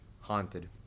Haunted